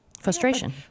frustration